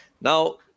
Now